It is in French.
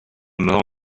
mort